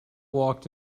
walked